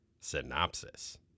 Synopsis